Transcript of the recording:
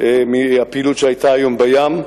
מהפעילות שהיתה היום בים,